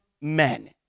men